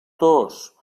tos